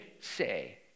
say